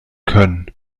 können